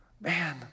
Man